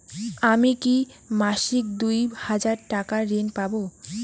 আমি কি মাসিক দুই হাজার টাকার ঋণ পাব?